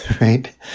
Right